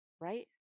right